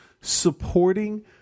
supporting